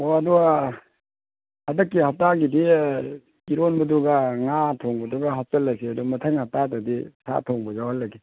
ꯑꯣ ꯑꯗꯣ ꯍꯟꯗꯛꯀꯤ ꯍꯄꯥꯇꯥꯒꯤꯗꯤ ꯏꯔꯣꯟꯕꯗꯨꯒ ꯉꯥ ꯊꯣꯡꯕꯗꯨꯒ ꯍꯥꯞꯆꯤꯜꯂꯁꯤ ꯑꯗꯣ ꯃꯊꯪ ꯍꯞꯇꯥꯗꯗꯤ ꯁꯥ ꯊꯣꯡꯕ ꯌꯥꯎꯍꯜꯂꯒꯦ